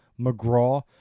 McGraw